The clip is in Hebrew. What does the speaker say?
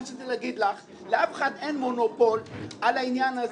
מה שרציתי להגיד לך זה שלאף אחד אין מונופול על העניין הזה.